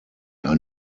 are